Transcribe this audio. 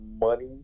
money